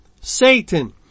Satan